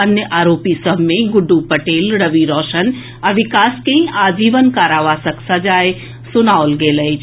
अन्य आरोपी सभ मे गुड़डू पटेल रवि रौशन आ विकास के आजीवन कारावासक सजाए सुनाओल गेल अछि